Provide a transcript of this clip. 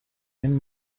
این